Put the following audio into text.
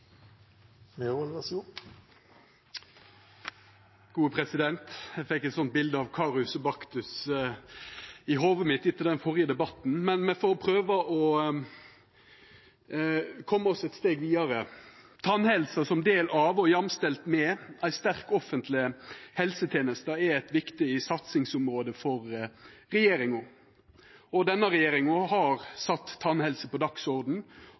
mitt etter den førre debatten, men me får prøve å koma oss eit steg vidare. Tannhelse som ein del av og jamstelt med ei sterk offentleg helseteneste er eit viktig satsingsområde for regjeringa. Denne regjeringa har sett tannhelse på